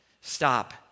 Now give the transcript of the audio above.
stop